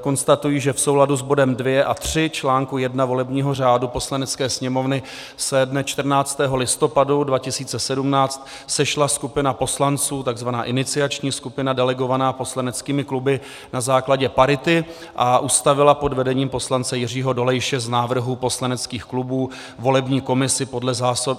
Konstatuji, že v souladu s bodem 2 a 3 článku 1 volebního řádu Poslanecké sněmovny se dne 14. listopadu 2017 sešla skupina poslanců, takzvaná iniciační skupina delegovaná poslaneckými kluby na základě parity, a ustavila pod vedením poslance Jiřího Dolejše z návrhů poslaneckých klubů volební komisi podle